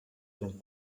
eren